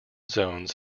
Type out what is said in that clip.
zones